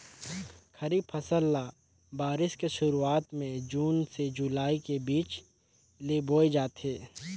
खरीफ फसल ल बारिश के शुरुआत में जून से जुलाई के बीच ल बोए जाथे